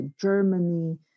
Germany